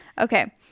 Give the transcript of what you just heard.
okay